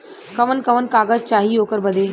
कवन कवन कागज चाही ओकर बदे?